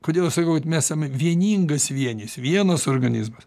kodėl sakau kad mes esame vieningas vienis vienas organizmas